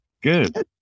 Good